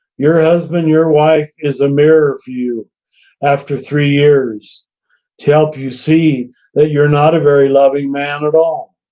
your husband, your wife is a mirror for you after three years to help you see that you're not a very loving man at all,